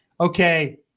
okay